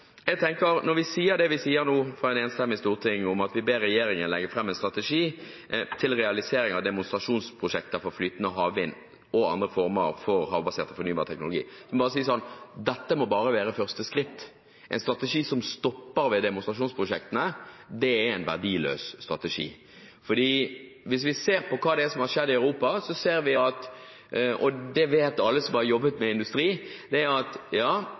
vi ber regjeringen legge fram en strategi for realisering av demonstrasjonsprosjekter for flytende havvind og andre former for havbasert fornybar teknologi, må dette bare være første skritt. En strategi som stopper ved demonstrasjonsprosjektene, er en verdiløs strategi. For hvis vi ser på hva som har skjedd i Europa, ser vi – og det vet alle som har jobbet med industri – at du kan få fram en prototyp, du kan få fram det